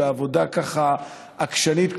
בעבודה עקשנית,